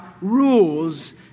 rules